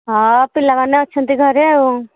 ହଁ ପିଲାମାନେ ଅଛନ୍ତି ଘରେ ଆଉ